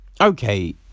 Okay